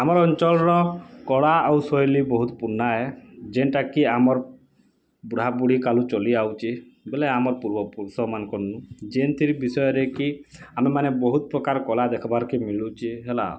ଆମର୍ ଅଞ୍ଚଲର କଳା ଆଉ ଶୈଲୀ ବହୁତ୍ ପୁରୁନା ହେ ଯେନ୍ତା କି ଆମର୍ ବୁଢ଼ା ବୁଢ଼ୀ କାଲୁ ଚଲି ଆଉଚି ବୋଲେ ଆମ ପୂର୍ବପୁରୁଷମାନଙ୍କ ନୁ ଯେନ୍ ଥିର୍ ବିଷୟରେ କି ଆମେମାନେ ବହୁତ ପ୍ରକାରର କଲା ଦେଖିବାର୍ କେ ମିଲୁଛି ହେଲା